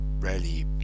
rarely